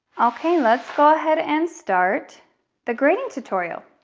okay, let's go ahead and start the grading tutorial.